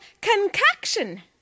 concoction